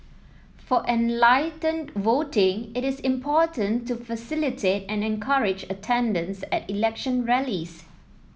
for enlightened voting it is important to facilitate and encourage attendance at election rallies